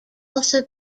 also